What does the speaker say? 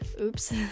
oops